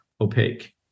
opaque